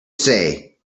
say